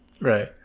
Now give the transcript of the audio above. Right